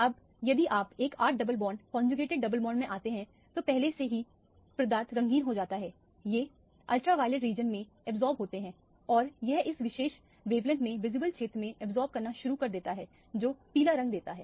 अब यदि आप एक 8 double bond conjugated double bond में आते हैं तो पहले से ही पदार्थ रंगीन हो जाता है ये पराबैंगनी क्षेत्र में अब्जॉर्ब होते हैं और यह इस विशेष वेवलेंथ में विजिबल क्षेत्र में अब्जॉर्ब करना शुरू कर देता है जो पीला रंग देता है